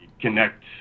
connect